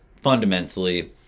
fundamentally